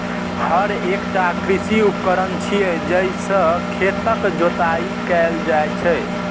हर एकटा कृषि उपकरण छियै, जइ से खेतक जोताइ कैल जाइ छै